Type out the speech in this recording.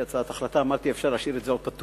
הצעת החלטה אמרתי: אפשר להשאיר את זה עוד פתוח,